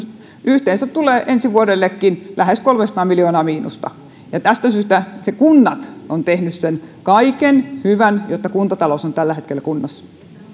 yhteensä tulee ensi vuodellekin lähes kolmesataa miljoonaa miinusta tästä syystä kunnat ovat tehneet sen kaiken hyvän jotta kuntatalous on tällä hetkellä kunnossa